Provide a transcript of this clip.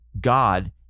God